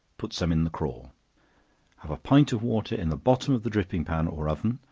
put some in the craw have a pint of water in the bottom of the dripping pan or oven,